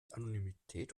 anonymität